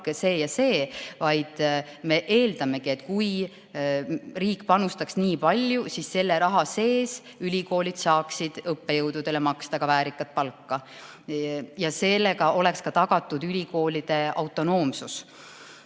selline-ja-selline, vaid me eeldamegi, et kui riik panustaks nii palju, siis selle raha eest saaksid ülikoolid õppejõududele maksta väärikat palka. Sellega oleks tagatud ülikoolide autonoomsus. Nii